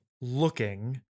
looking